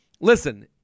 listen